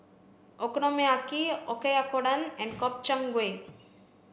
Okonomiyaki Oyakodon and Gobchang gui